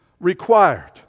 required